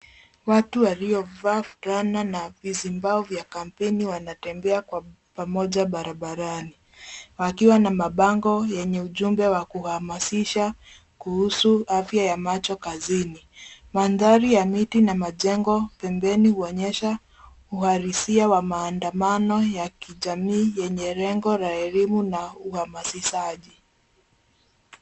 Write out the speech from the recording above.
Watu waliovaa fulana na vijibao vya kampeni wanatembea kwa pamoja barabarani, wakiwa na mabango yenye ujumbe wa kuhamsisha kuhusu afya ya macho kazini. Mandhari ya miti na majengo pembeni huonyesha uhalisia wa maandano ya kijamii yenye lengo ya elimu na uhamasishaji.